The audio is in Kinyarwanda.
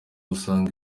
usanga